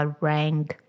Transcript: rang